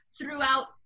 throughout